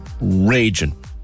Raging